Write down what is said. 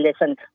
listen